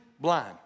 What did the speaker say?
blind